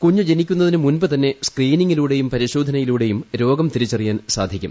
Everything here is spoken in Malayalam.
കുഞ്ഞ് ജനിക്കുന്നതിന് മുൻപ് തന്നെ സ്ക്രീനിംഗിലൂടെയും പരിശോനയിലൂടെയും രോഗം തിരിച്ചറിയാൻ സാധിക്കും